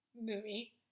movie